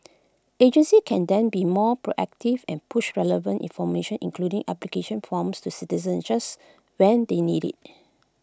agencies can then be more proactive and push relevant information including application forms to citizens just when they need IT